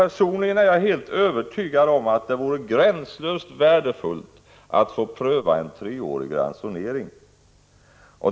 Personligen är jag helt övertygad om att det vore gränslöst värdefullt att få pröva en treårig ransonering.